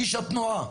איש התנועה.